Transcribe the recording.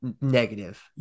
negative